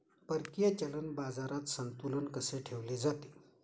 परकीय चलन बाजारात संतुलन कसे ठेवले जाते?